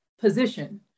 position